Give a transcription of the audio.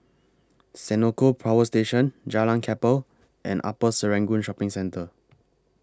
Senoko Power Station Jalan Kapal and Upper Serangoon Shopping Centre